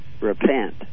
repent